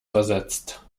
versetzt